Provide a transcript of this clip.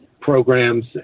programs